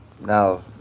Now